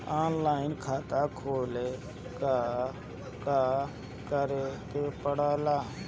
Online खाता खोले ला का का करे के पड़े ला?